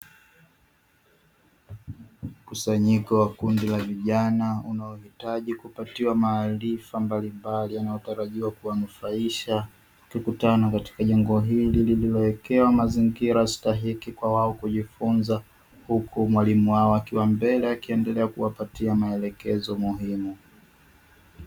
Mkusanyiko wa kundi la vijana unalohitaji kupatiwa maarifa mbalimbali yanayotarajiwa kuwanufaisha, kukutana katika lengo hili lililowekewa mazingira stahiki kwa wao kujifunza huku mwalimu wao akiwa mbele akiendelea kuwapatia maelekezo muhimu.